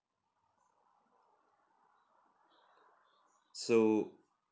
so